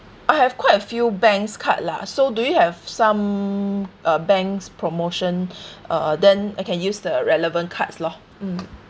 I have quite a few banks card lah so do you have some uh banks promotion uh then I can use the relevant cards loh mm